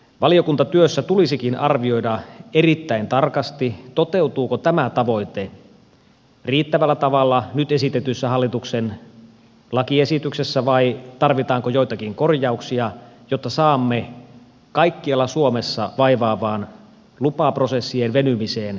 valiokuntatyössä tulisikin arvioida erittäin tarkasti toteutuuko tämä tavoite riittävällä tavalla nyt esitetyssä hallituksen lakiesityksessä vai tarvitaanko joitakin korjauksia jotta saamme kaikkialla suomessa vaivaavaan lupaprosessien venymiseen selkeän muutoksen